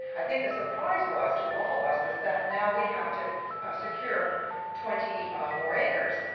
i think the surprise was, to all of us, is that now we have to secure twenty more acres.